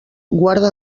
guarda